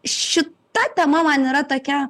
šita tema man yra tokia